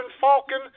falcon